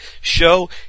show